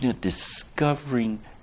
discovering